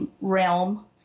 realm